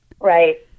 right